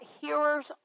hearers